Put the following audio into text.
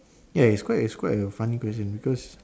ya it's quite it's quite a funny question because